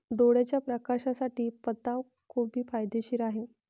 डोळ्याच्या प्रकाशासाठी पत्ताकोबी फायदेशीर आहे